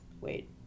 wait